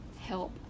help